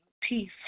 peace